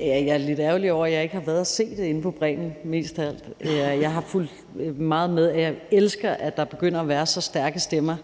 af alt lidt ærgerlig over, at jeg ikke har været inde at se det på Bremen Teater. Jeg har fulgt meget med, og jeg elsker, at der begynder at være så stærke stemmer,